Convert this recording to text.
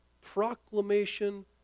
proclamation